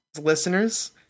listeners